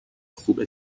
خوب